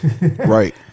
Right